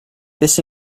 this